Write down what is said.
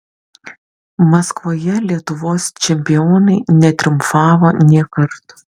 maskvoje lietuvos čempionai netriumfavo nė karto